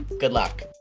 good luck.